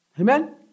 Amen